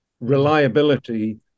reliability